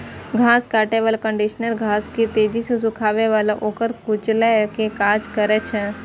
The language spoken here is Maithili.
घास काटै बला कंडीशनर घास के तेजी सं सुखाबै आ ओकरा कुचलै के काज करै छै